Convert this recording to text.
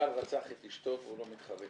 מול בעל שרצח את אישתו והוא לא מתחרט?